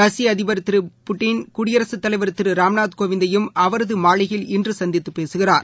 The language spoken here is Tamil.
ரஷ்ய அதிபர் திரு புட்டின் குடியரசுத் தலைவர் திருராம்நாத் கோவிந்தையும் அவரதுமாளிகையில் இன்றுசந்தித்துபேசுகிறார்